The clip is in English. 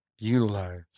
Utilize